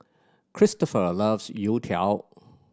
Kristoffer loves youtiao